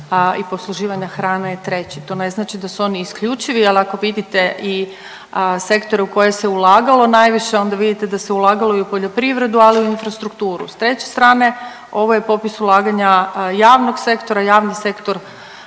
i posluživanja hrane je treći. To ne znači da su oni isključivi, ali ako vidite i sektore u koje se ulagalo najviše onda vidite da se ulagalo i u poljoprivredu, ali i u infrastrukturu. S treće strane ovo je popis ulaganja javnog sektora, javni sektor